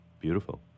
Beautiful